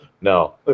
no